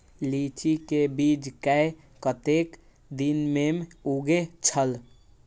लीची के बीज कै कतेक दिन में उगे छल?